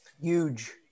Huge